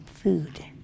food